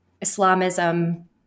Islamism